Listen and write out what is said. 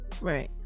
Right